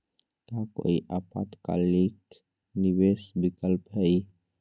का काई अल्पकालिक निवेस विकल्प हई?